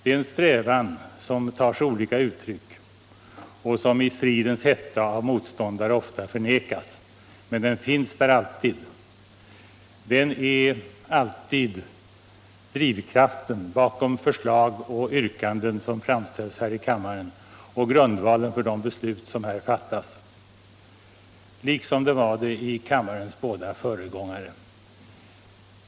Det är en strävan som tar sig olika uttryck och som i stridens hetta av motståndare ofta förnekas, men den finns där alltid. Den är alltid drivkraften bakom förslag och yrkanden som framställs här i kammaren och grundvalen för de beslut som här fattas liksom den var det i kammarens båda föregångare.